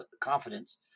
confidence